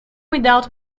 without